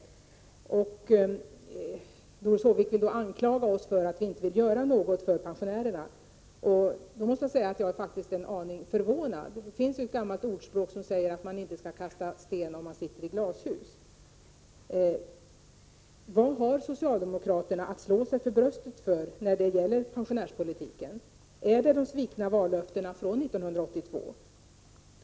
Doris Håvik anklagar oss folkpartister för att inte vilja göra någonting för pensionärerna, och det gör mig en aning förvånad. Det finns ett gammalt ordspråk som säger att man inte skall kasta sten om man sitter i glashus. Vad har socialdemokraterna att slå sig för bröstet för när det gäller pensionärspolitiken? Är det de svikna vallöftena från 1982?